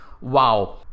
Wow